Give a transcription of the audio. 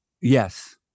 Yes